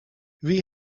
wie